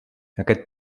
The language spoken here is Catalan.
aquest